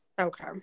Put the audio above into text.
Okay